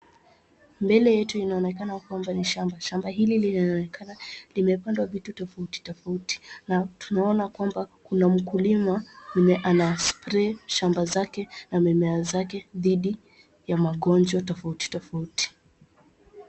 Mbele yetu inaonekana kwamba ni shamba. Shamba hili linaonekana limepandwa vitu tofauti tofauti na tunaona kwamba huyo mkulima mwenye ana spray shamba zake na mimea zake dhidi ya magonjwa tofauti tofauti.